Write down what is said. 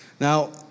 Now